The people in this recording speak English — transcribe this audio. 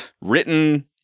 written